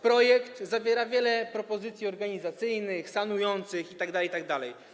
Projekt zawiera wiele propozycji organizacyjnych, sanujących itd., itd.